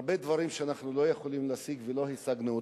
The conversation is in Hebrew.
הרבה דברים שאנחנו לא יכולים להשיג ולא השגנו,